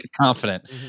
Confident